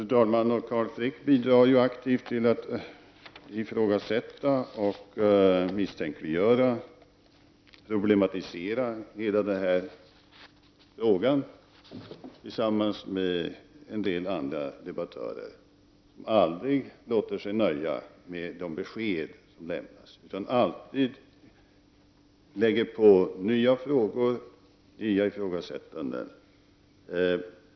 Fru talman! Carl Frick bidrar ju aktivt till att ifrågasätta och misstänkliggöra, till att problematisera hela den här frågan. Det gör han tillsammans med en del andra debattörer, som aldrig låter sig nöja med de besked som lämnas utan alltid lägger på nya frågor och gör nya ifrågasättanden.